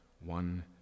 one